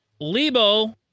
lebo